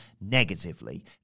negatively